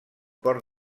port